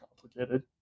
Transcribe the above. complicated